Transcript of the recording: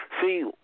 see